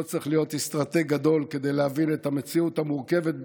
לא צריך להיות אסטרטג גדול כדי להבין את המציאות המורכבת מאוד,